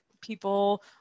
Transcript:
people